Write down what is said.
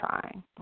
trying